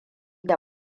da